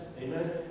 Amen